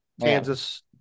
Kansas